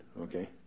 okay